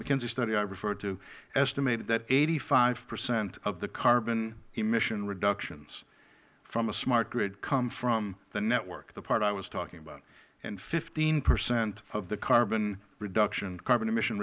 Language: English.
mckinsey study i referred to estimated that eighty five percent of the carbon emission reductions from a smart grid come from the network the part i was talking about and fifteen percent of the carbon reduction carbon emission